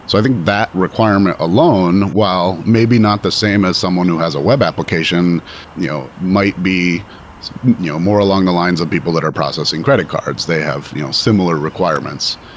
so i think that requirement alone, while maybe not the same as someone who has a web application you know might be you know more along the lines of people that are processing credit cards. they have you know similar requirements.